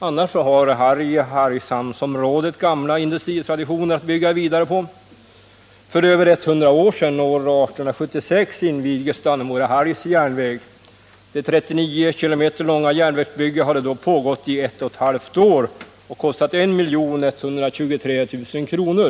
Annars har Harg-Hargshamnsområdet gamla industritraditioner att bygga vidare på. För över 100 år sedan, år 1876, invigdes Dannemora-Hargs järnväg. Det 39 km långa järnvägsbygget hade då pågått i ett och ett halvt år och kostat 1 123 000 kr.